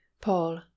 Paul